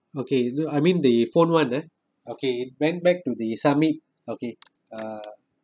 okay no I mean the phone [one] uh okay went back to the submit okay uh